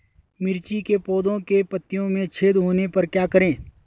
मिर्ची के पौधों के पत्तियों में छेद होने पर क्या करें?